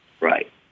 Right